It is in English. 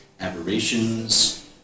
aberrations